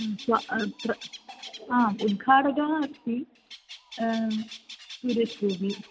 ह्म् स्व अत्र आम् उद्घाटकः अस्ति सुरेश् गोपि